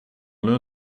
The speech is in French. l’un